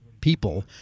people